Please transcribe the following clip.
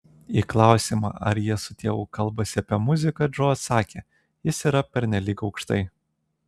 į klausimą ar jie su tėvu kalbasi apie muziką džo atsakė jis yra pernelyg aukštai